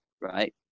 right